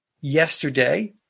Yesterday